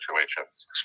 situations